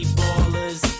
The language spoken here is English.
ballers